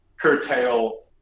curtail